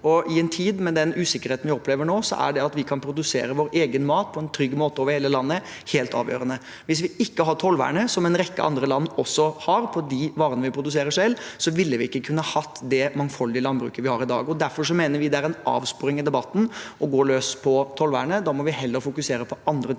I en tid med den usikkerheten vi opplever nå, er det at vi kan produsere vår egen mat på en trygg måte over hele landet, helt avgjørende. Hvis vi ikke hadde hatt tollvernet, som en rekke andre land også har på de varene de produserer selv, ville vi ikke kunnet ha det mangfoldige landbruket vi har i dag. Derfor mener vi det er en avsporing av debatten å gå løs på tollvernet. Da må vi heller fokusere på andre ting